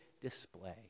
display